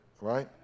right